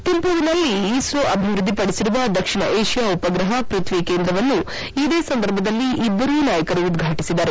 ಥಿಂಪುನಲ್ಲಿ ISRO ಅಭಿವೃದ್ದಿಪಡಿಸಿರುವ ದಕ್ಷಿಣ Asia ಉಪಗ್ರಹ ಪೃಥ್ದಿ ಕೇಂದ್ರವನ್ನು ಇದೇ ಸಂದರ್ಭದಲ್ಲಿ ಇಬ್ಬರೂ ನಾಯಕರು ಉದ್ವಾಟಿಸಿದರು